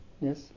Yes